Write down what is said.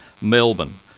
Melbourne